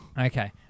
Okay